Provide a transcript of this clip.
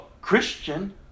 Christian